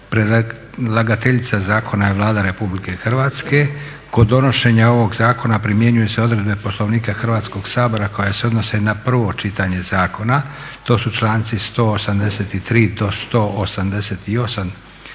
Predlagateljica Zakona je Vlada Republike Hrvatske. Kod donošenja ovoga Zakona primjenjuju se odredbe Poslovnika Hrvatskoga sabora koje se odnose na prvo čitanje Zakona. To su članci 183. do 188.